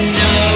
no